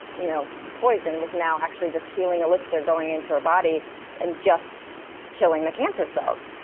you know poison was now actually this healing elixir going into her body and just killing the cancer cells,